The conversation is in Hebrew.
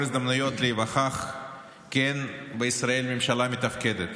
הזדמנויות להיווכח כי אין בישראל ממשלה מתפקדת